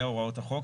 בהוראות החוק,